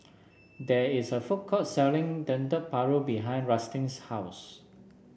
there is a food court selling Dendeng Paru behind Rustin's house